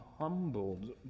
humbled